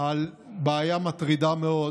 על בעיה מטרידה מאוד,